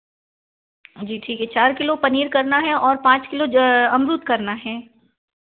जी ठीक है चार किलो पनीर करना है और पाँच किलो अमरुद करना है